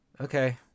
Okay